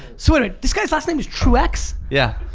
sort of this guy's last name was truex? yeah.